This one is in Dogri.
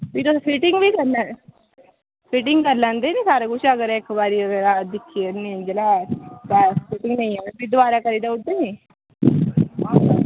भी तुसें फिटिंग बी करना ऐ फिटिंग करी लैंदे निं सारा किश अगर इक बारी दिक्खी लैन्नी जेल्लै शै फिटिंग नेईं आई भी दवारै करी देई ओड़दे निं